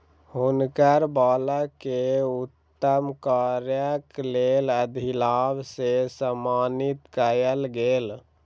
हुनकर बालक के उत्तम कार्यक लेल अधिलाभ से सम्मानित कयल गेल